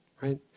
right